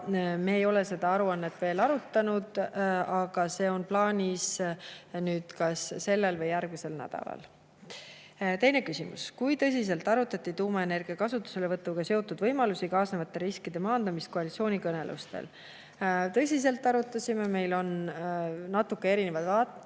Me ei ole seda aruannet veel arutanud, aga seda on plaanis teha kas sellel või järgmisel nädalal. Teine küsimus: "Kui tõsiselt arutati tuumaenergia kasutuselevõtuga seotud võimalusi ja kaasnevate riskide maandamist koalitsioonikõnelustel?" Tõsiselt arutasime. Meil on natuke erinevad vaated